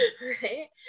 right